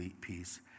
peace